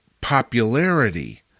popularity